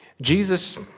Jesus